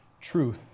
truth